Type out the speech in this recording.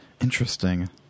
Interesting